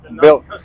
Built